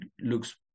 looks